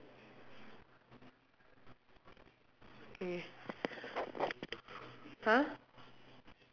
okay !huh!